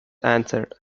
answered